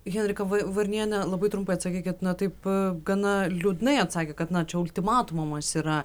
henrika varniene labai trumpai atsakykit na taip gana liūdnai atsakė kad na čia ultimatumumas yra